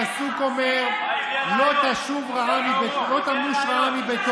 הפסוק אומר, "לא תמוש רעה מביתו".